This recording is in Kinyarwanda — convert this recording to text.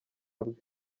bwe